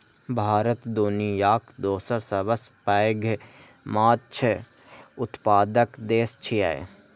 भारत दुनियाक दोसर सबसं पैघ माछ उत्पादक देश छियै